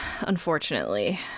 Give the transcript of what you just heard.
unfortunately